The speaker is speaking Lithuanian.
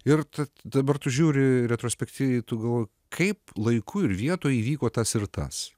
ir dabar tu žiūri retrospektyviai tu galvoji kaip laiku ir vietoj įvyko tas ir tas